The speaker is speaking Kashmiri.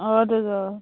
اَدٕ حظ آ